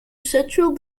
central